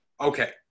Okay